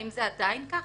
האם זה עדיין כך?